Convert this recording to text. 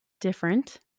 different